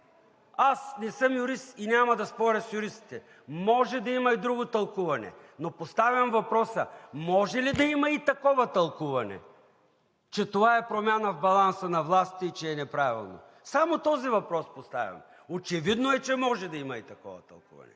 Аз не съм юрист и няма да споря с юристите. Може да има и друго тълкуване, но поставям въпроса: може ли да има и такова тълкуване – че това е промяна в баланса на властите и че е неправилно? Само този въпрос поставям. Очевидно е, че може да има и такова тълкуване.